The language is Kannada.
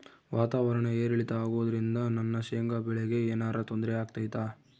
ವಾತಾವರಣ ಏರಿಳಿತ ಅಗೋದ್ರಿಂದ ನನ್ನ ಶೇಂಗಾ ಬೆಳೆಗೆ ಏನರ ತೊಂದ್ರೆ ಆಗ್ತೈತಾ?